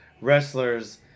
wrestlers